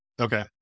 Okay